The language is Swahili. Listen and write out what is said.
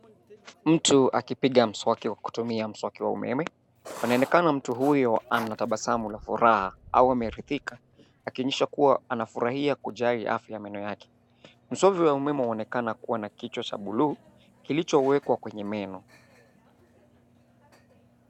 Mtu akipiga mswaki kwa kutumia mswaki wa umeme. Anaonekana mtu huyo ana tabasamu la furaha au ameridhika. Akionyesha kua anafurahia kujali afya ya meno yake. Mswaki wa umeme unaonekana kua na kichwa cha blue , kilichowekwa kwenye meno.